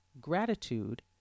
gratitude